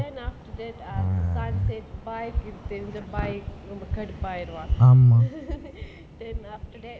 then after that ah sun says bai தெரிஞ்சா:therinjaa bai ரொம்ப கடுப்பாயிருவான்:kaduppaayiruvaan then after that